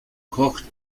kocht